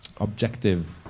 objective